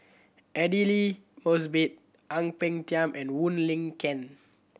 Aidli Mosbit Ang Peng Tiam and Wong Lin Ken